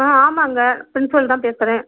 ஆ ஆமாம்ங்க ப்ரின்ஸ்பல் தான் பேசுகிறேன்